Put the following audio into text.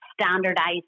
standardized